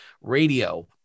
radio